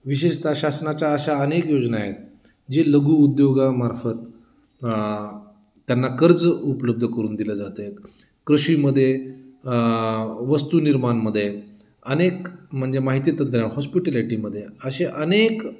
विशेषत शासनाच्या अशा अनेक योजना आहेत जे लघु उद्योगामार्फत त्यांना कर्ज उपलब्ध करून दिले जाते कृषीमध्ये वस्तू निर्माणमध्ये अनेक म्हणजे माहिती तंत्र हॉस्पिटॅलिटीमध्ये असे अनेक